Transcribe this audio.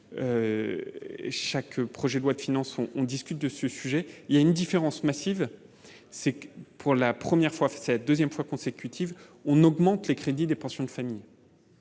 chaque. Le projet de loi de finances on on discute de ce sujet, il y a une différence massive, c'est que pour la première fois cette deuxième fois consécutive, on augmente les crédits des pensions de famille